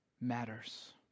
matters